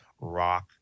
rock